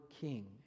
king